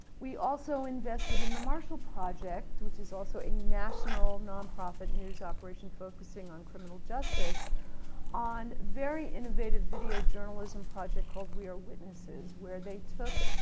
we also invested in the marshall project which is also a national non-profit news operation focusing on criminal justice on a very innovative video journalism project called we are witnesses where they took